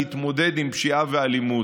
להתמודד עם פשיעה ואלימות.